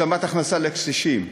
השלמת הכנסה לקשישים,